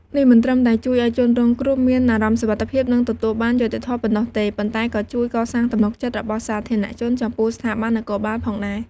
នេះមិនត្រឹមតែជួយឱ្យជនរងគ្រោះមានអារម្មណ៍សុវត្ថិភាព និងទទួលបានយុត្តិធម៌ប៉ុណ្ណោះទេ ប៉ុន្តែក៏ជួយកសាងទំនុកចិត្តរបស់សាធារណជនចំពោះស្ថាប័ននគរបាលផងដែរ។